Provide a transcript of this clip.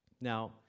Now